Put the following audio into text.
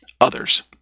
others